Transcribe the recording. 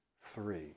three